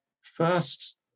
first